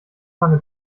lange